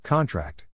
Contract